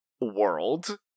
world